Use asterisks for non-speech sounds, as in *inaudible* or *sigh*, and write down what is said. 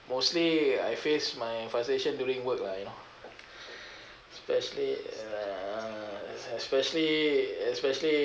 mostly I face my frustration during work lah you know *breath* especially uh especially especially